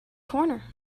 corner